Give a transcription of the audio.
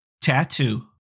Tattoo